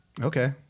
Okay